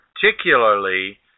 particularly